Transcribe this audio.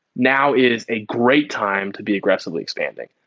now is a great time to be aggressively expanding.